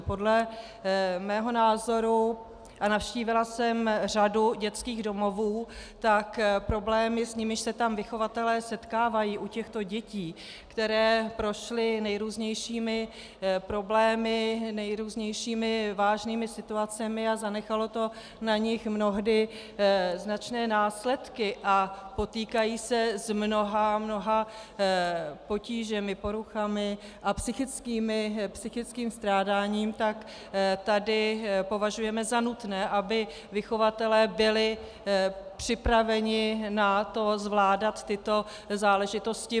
Podle mého názoru, a navštívila jsem řadu dětských domovů, problémy, s nimiž se tam vychovatelé setkávají u těchto dětí, které prošly nejrůznějšími problémy, nejrůznějšími vážnými situacemi a zanechalo to na nich mnohdy značné následky a potýkají se s mnoha, mnoha potížemi, poruchami a psychickým strádáním, tak tady považujeme za nutné, aby vychovatelé byli připraveni na to zvládat tyto záležitosti.